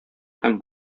һәм